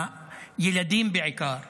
בעיקר הילדים,